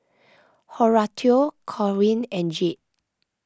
Horatio Corwin and Jade